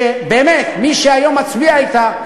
שבאמת מי שהיום מצביע אתה,